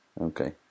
Okay